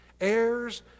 heirs